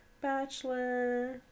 bachelor